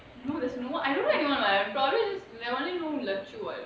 no there's no I don't know anyone I probably just I only know lechul